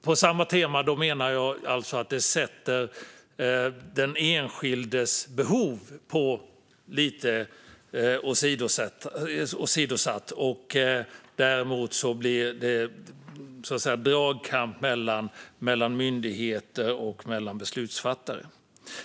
Med samma tema menar jag att den enskildes behov åsidosätts och att det blir en dragkamp mellan myndigheter och beslutsfattare.